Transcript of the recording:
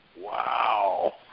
Wow